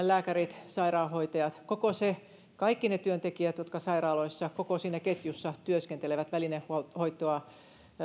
lääkärit sairaanhoitajat kaikki ne työntekijät jotka sairaaloissa koko siinä ketjussa työskentelevät välinehoitoa